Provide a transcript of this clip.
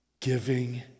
Giving